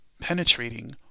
penetrating